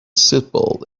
seatbelt